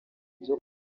byo